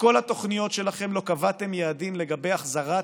בכל התוכניות שלכם לא קבעתם יעדים לגבי החזרת